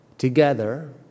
together